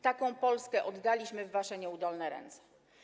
Taką Polskę oddaliśmy w wasze nieudolne ręce.